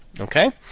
okay